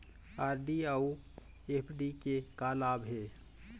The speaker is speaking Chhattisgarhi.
आर.डी अऊ एफ.डी के का लाभ हे?